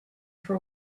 for